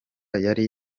yari